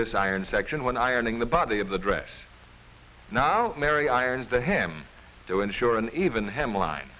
this iron section when ironing the body of the dress now mary irons the him to ensure an even hemline